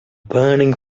burning